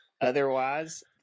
Otherwise